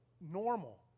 normal